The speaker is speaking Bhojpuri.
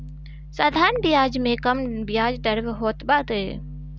साधारण बियाज में कम बियाज दर होत बाटे